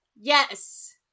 Yes